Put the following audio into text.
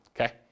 okay